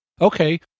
Okay